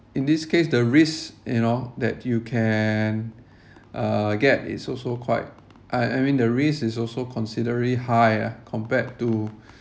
in this case the risk you know that you can uh get is also quite I I mean the risk is also considerably high ah compared to